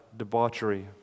debauchery